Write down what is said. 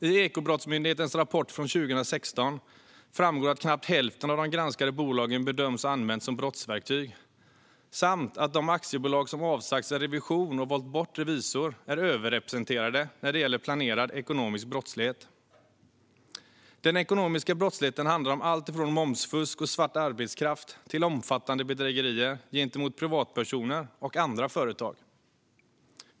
I Ekobrottsmyndighetens rapport från 2016 framgår att knappt hälften av de granskade bolagen bedöms ha använts som brottsverktyg samt att de aktiebolag som avsagt sig revision och valt bort revisor är överrepresenterade när det gäller planerad ekonomisk brottslighet. Den ekonomiska brottsligheten handlar om allt från momsfusk och svart arbetskraft till omfattande bedrägerier gentemot privatpersoner och andra företag.